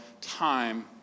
time